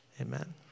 Amen